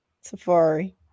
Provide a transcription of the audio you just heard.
Safari